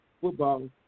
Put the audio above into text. football